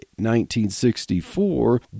1964